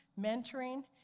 mentoring